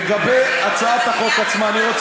לגבי הצעת החוק עצמה.